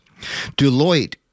Deloitte